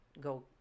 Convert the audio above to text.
go